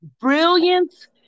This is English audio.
brilliance